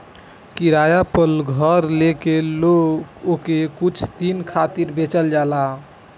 किराया पअ घर लेके ओके कुछ दिन खातिर बेचल जाला